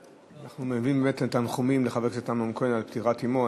אנחנו מביעים באמת תנחומים לחבר הכנסת אמנון כהן על פטירת אמו.